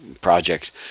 projects